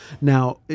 Now